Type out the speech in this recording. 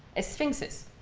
as sphinxes.